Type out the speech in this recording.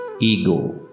ego